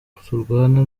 turwana